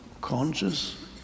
conscious